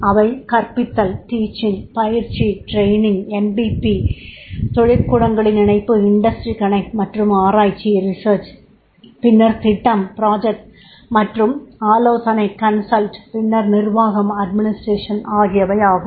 அவை கற்பித்தல் பயிற்சி எம்பிபி தொழில்கூடங்களின் இணைப்பு மற்றும் ஆராய்ச்சி பின்னர் திட்டம் மற்றும் ஆலோசனை பின்னர் நிர்வாகம் ஆகியனவாகும்